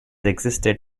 existed